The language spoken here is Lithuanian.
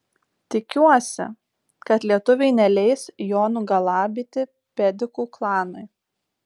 tikiuosi kad lietuviai neleis jo nugalabyti pedikų klanui